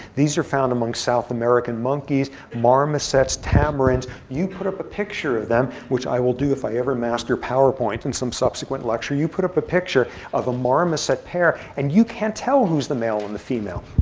these are found among south american monkeys, marmosets, tamarins. you put up a picture of them, which i will do if i ever master powerpoint in some subsequent lecture you put up a picture of a marmoset pair, and you can't tell who's the male and the female.